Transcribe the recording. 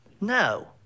No